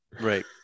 Right